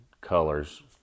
colors